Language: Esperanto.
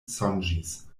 sonĝis